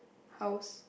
house